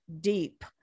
deep